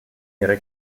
ihre